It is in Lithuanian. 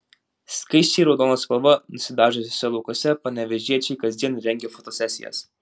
skaisčiai raudona spalva nusidažiusiuose laukuose panevėžiečiai kasdien rengia fotosesijas